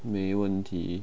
没问题